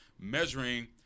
measuring